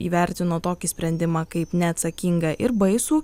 įvertino tokį sprendimą kaip neatsakingą ir baisų